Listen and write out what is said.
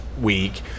week